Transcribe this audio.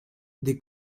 des